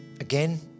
Again